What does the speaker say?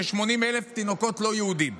כ-80,000 תינוקות לא יהודים,